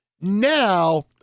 now